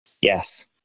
Yes